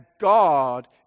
God